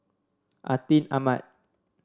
Atin Amat